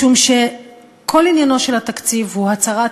משום שכל עניינו של התקציב הוא הצהרת